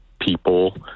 people